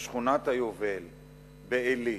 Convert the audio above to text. בשכונת היובל בעלי".